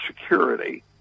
security